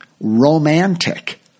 romantic